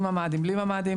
עם ממ"דים,